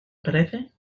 parece